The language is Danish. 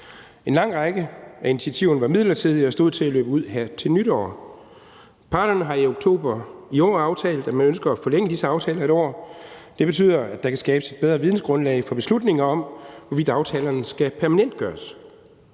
En lang række af initiativerne var midlertidige og stod til at løbe ud her til nytår. Parterne har i oktober i år aftalt, at man ønsker at forlænge disse aftaler 1 år. Det betyder, at der kan skabes et bedre vidensgrundlag for beslutninger om, hvorvidt aftalerne skal permanentgøres.